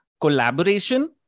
collaboration